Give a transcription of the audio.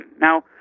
Now